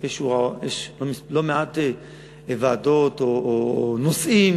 יש לא מעט ועדות או נושאים